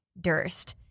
Durst